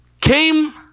came